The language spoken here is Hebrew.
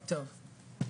טוב.